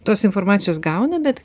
tos informacijos gauna bet